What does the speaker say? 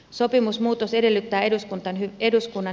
sopimusmuutos edellyttää eduskunnan hyväksyntää